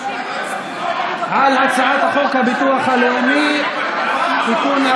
על הצעת הביטוח הלאומי (תיקון,